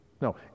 No